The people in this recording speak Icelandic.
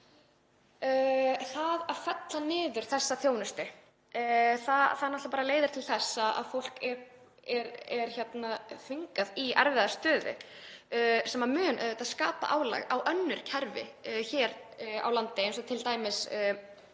það að fella niður þessa þjónustu, það náttúrlega leiðir til þess að fólk er þvingað í erfiða stöðu sem mun skapa álag á önnur kerfi hér á landi, eins og t.d. bara